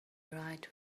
right